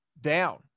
down